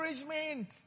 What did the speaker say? encouragement